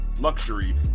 luxury